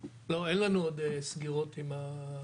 לא, אין לנו עוד סגירות עם האוצר.